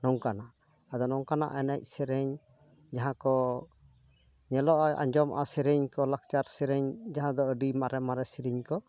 ᱱᱚᱝᱠᱟᱱᱟᱜ ᱟᱫᱚ ᱱᱚᱝᱠᱟᱱᱟᱜ ᱮᱱᱮᱡ ᱥᱮᱨᱮᱧ ᱡᱟᱦᱟᱸ ᱠᱚ ᱧᱮᱞᱚᱜᱼᱟ ᱟᱸᱡᱚᱢᱚᱜᱼᱟ ᱥᱮᱨᱮᱧ ᱠᱚ ᱞᱟᱠᱪᱟᱨ ᱥᱮᱨᱮᱧ ᱡᱟᱦᱟᱸ ᱫᱚ ᱟᱹᱰᱤ ᱢᱟᱨᱮ ᱢᱟᱨᱮ ᱥᱮᱨᱮᱧ ᱠᱚ